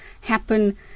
happen